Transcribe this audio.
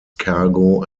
cargo